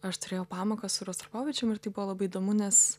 aš turėjau pamoką su rostropovičium ir tai buvo labai įdomu nes